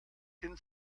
hin